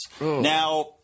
Now